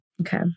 Okay